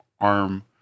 arm